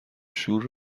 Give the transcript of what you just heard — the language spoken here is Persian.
شور